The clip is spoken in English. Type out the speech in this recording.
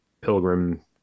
pilgrim